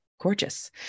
Gorgeous